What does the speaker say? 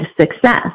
success